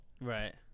Right